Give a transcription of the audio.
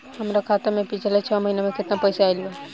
हमरा खाता मे पिछला छह महीना मे केतना पैसा आईल बा?